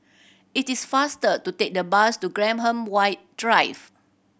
it is faster to take the bus to Graham White Drive